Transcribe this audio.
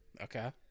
Okay